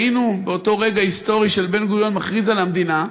היינו באותו רגע היסטורי שבן-גוריון מכריז על המדינה,